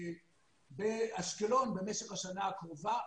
באשקלון במשך השנה הקרובה.